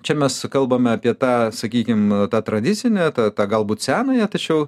čia mes kalbame apie tą sakykim tą tradicinę tą tą galbūt senąją tačiau